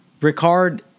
Ricard